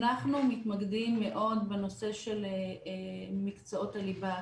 אנחנו מתמקדים מאוד בנושא מקצועות הליבה,